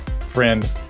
friend